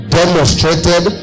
demonstrated